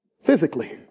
physically